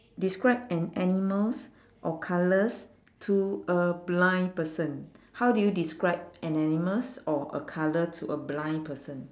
describe an animals or colours to a blind person how do you describe an animals or a colour to a blind person